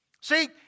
See